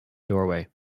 doorway